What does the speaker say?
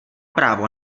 právo